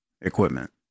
equipment